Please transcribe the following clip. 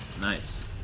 Nice